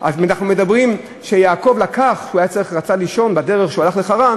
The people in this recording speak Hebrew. מדברים על כך שכשיעקב רצה לישון כשהיה בדרך לחרן